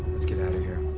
let's get out of here.